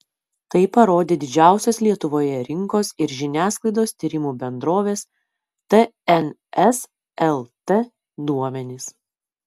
tai parodė didžiausios lietuvoje rinkos ir žiniasklaidos tyrimų bendrovės tns lt duomenys